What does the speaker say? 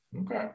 Okay